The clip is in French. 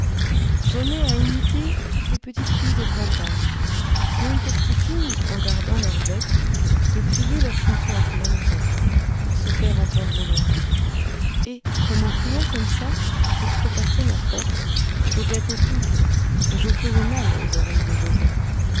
j'aimais à imiter toutes les petites filles de campagne qui ont pour coutume en gardant leurs bêtes de crier leurs chansons à pleine tête pour se faire entendre au loin et comme en criant comme ça j'outrepassais ma force je gâtais tout et je faisais mal aux oreilles de joset